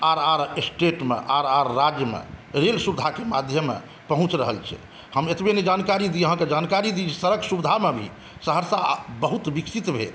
आर आर स्टेटमे आर आर राज्यमे रेल सुविधाक माध्यमे पहुँच रहल छै हम एतबे नहि जानकारी दी अहाँकेॅं जानकारी दी सड़क सुविधामे भी सहरसा बहुत विकसित भेल